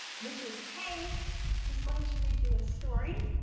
mrs. kay, who's going to read you a story.